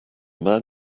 man